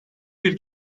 bir